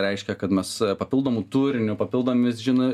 reiškia kad mes papildomu turiniu papildomomis žino